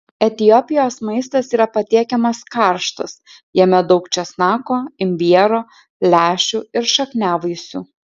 etiopijos maistas yra patiekiamas karštas jame daug česnako imbiero lęšių ir šakniavaisių